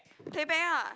playback ah